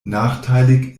nachteilig